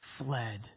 Fled